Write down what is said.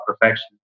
perfection